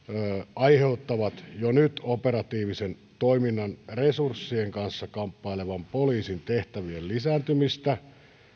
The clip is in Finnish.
aiheuttavat jo nyt operatiivisen toiminnan resurssien kanssa kamppailevan poliisin tehtävien lisääntymistä